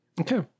Okay